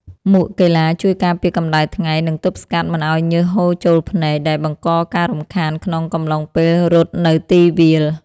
មួកកីឡាជួយការពារកម្ដៅថ្ងៃ និងទប់ស្កាត់មិនឱ្យញើសហូរចូលភ្នែក ដែលបង្កការរំខានក្នុងកំឡុងពេលរត់នៅទីវាល។